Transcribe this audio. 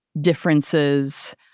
differences